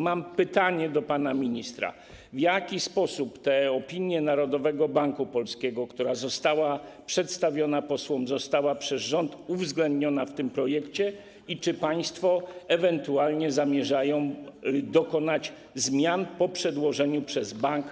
Mam pytanie do pana ministra: W jaki sposób opinia Narodowego Banku Polskiego, która została przedstawiona posłom, została przez rząd uwzględniona w tym projekcie i czy państwo ewentualnie zamierzają dokonać zmian po przedłożeniu przez bank